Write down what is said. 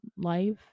Life